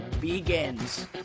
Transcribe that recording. begins